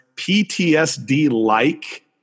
PTSD-like